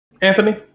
Anthony